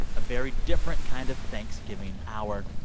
a very different kind of thanksgiving hour.